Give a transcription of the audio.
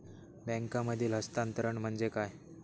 बँकांमधील हस्तांतरण म्हणजे काय?